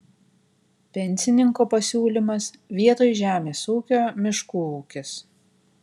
pensininko pasiūlymas vietoj žemės ūkio miškų ūkis